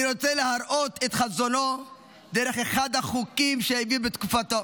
אני רוצה להראות את חזונו דרך אחד החוקים שהעביר בתקופתו.